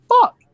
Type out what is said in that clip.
fuck